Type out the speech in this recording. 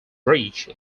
bridge